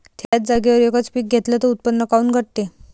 थ्याच जागेवर यकच पीक घेतलं त उत्पन्न काऊन घटते?